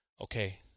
okay